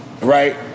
right